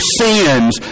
sins